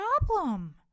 problem